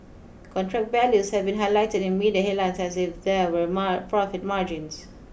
contract values have been highlighted in media headlines as if there were profit margins